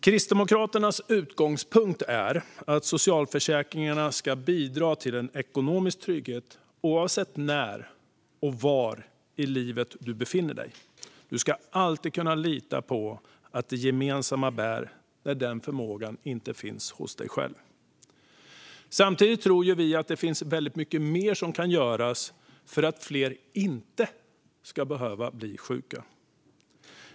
Kristdemokraternas utgångspunkt är att socialförsäkringarna ska bidra till en ekonomisk trygghet oavsett när och var i livet du befinner dig. Du ska alltid kunna lita på att det gemensamma bär när den förmågan inte finns hos dig själv. Samtidigt tror vi i Kristdemokraterna att det finns väldigt mycket mer som kan göras för att fler inte ska behöva bli sjuka.